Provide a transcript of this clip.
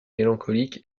mélancolique